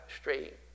straight